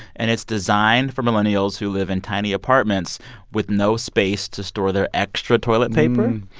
and it's designed for millennials who live in tiny apartments with no space to store their extra toilet paper.